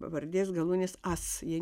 pavardės galūnės as jie